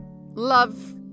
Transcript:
love